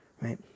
right